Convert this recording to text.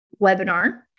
webinar